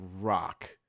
rock